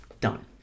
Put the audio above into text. done